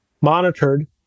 monitored